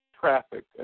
traffic